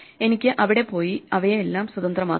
എനിക്ക് അവിടെ പോയി അവയെ എല്ലാം സ്വതന്ത്രമാക്കാം